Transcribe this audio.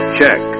check